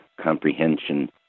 comprehension